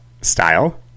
Style